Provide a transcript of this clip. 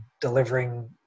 delivering